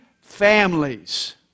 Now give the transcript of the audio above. Families